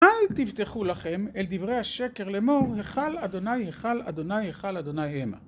אל תבטחו לכם אל דברי השקר לאמר, היכל אדוני, היכל אדוני, היכל אדוני המה.